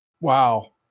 wow